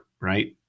right